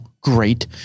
Great